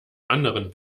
anderen